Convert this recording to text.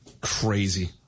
crazy